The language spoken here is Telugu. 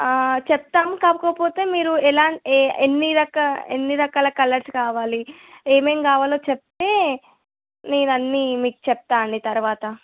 చెప్తాము కాకపోతే మీరు ఎలా ఎ ఎన్ని రకా ఎన్ని రకాల కలర్స్ కావాలి ఏమేమి కావాలో చెప్తే నేను అన్ని మీకు చెప్తాను అండి తర్వాత